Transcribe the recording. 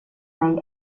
mig